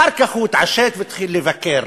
אחר כך הוא התעשת והתחיל לבקר,